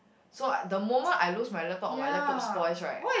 so I the moment I lose my laptop or my laptop spoils right